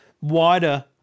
wider